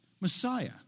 Messiah